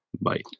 Bye